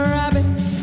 rabbits